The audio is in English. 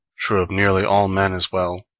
true of nearly all men as well.